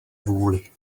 vůli